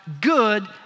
good